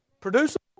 producible